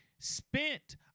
spent